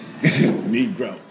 Negro